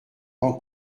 pans